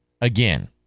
again